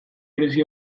berezi